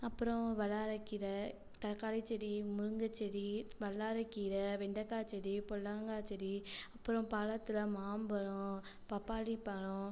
அப்புறம் வல்லாரைக் கீரை தக்காளிச் செடி முருங்கைச் செடி வல்லாரைக் கீரை வெண்டக்காய்ச் செடி புடலங்காச் செடி அப்புறம் பழத்துல மாம்பபழம் பப்பாளிப் பழம்